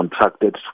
contracted